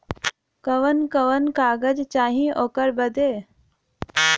कवन कवन कागज चाही ओकर बदे?